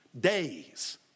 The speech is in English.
Days